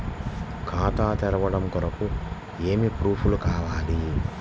ఖాతా తెరవడం కొరకు ఏమి ప్రూఫ్లు కావాలి?